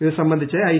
ഇതു സംബന്ധിച്ച് ഐ